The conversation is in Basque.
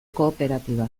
kooperatiba